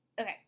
okay